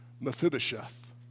Mephibosheth